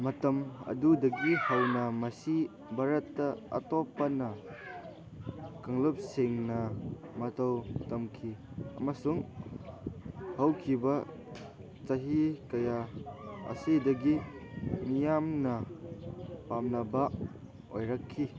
ꯃꯇꯝ ꯑꯗꯨꯗꯒꯤ ꯍꯧꯅ ꯃꯁꯤ ꯚꯥꯔꯠꯇ ꯑꯇꯣꯞꯄꯅ ꯀꯥꯡꯂꯨꯞꯁꯤꯡꯅ ꯃꯇꯧ ꯇꯝꯈꯤ ꯑꯃꯁꯨꯡ ꯍꯧꯈꯤꯕ ꯆꯍꯤ ꯀꯌꯥ ꯑꯁꯤꯗꯒꯤ ꯃꯤꯌꯥꯝꯅ ꯄꯥꯝꯅꯕ ꯑꯣꯏꯔꯛꯈꯤ